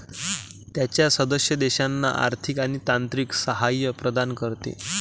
त्याच्या सदस्य देशांना आर्थिक आणि तांत्रिक सहाय्य प्रदान करते